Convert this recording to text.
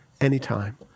anytime